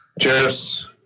Cheers